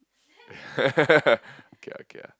okay ah okay ah